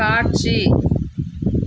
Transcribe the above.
காட்சி